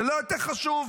זה לא יותר חשוב?